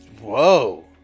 whoa